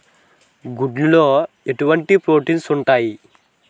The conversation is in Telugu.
గుడ్లు లో ఎటువంటి ప్రోటీన్స్ ఉంటాయి?